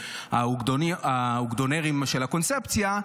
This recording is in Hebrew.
האוגדונרים של הקונספציה,